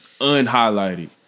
unhighlighted